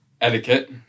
etiquette